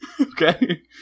Okay